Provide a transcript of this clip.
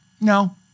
No